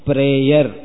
Prayer